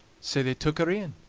sae they took her in,